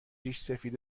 ریشسفید